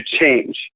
change